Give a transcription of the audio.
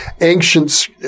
ancient